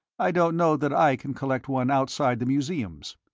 i don't know that i can recollect one outside the museums.